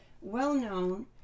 well-known